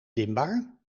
dimbaar